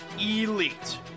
Elite